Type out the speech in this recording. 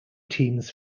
teams